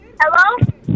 Hello